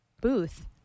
booth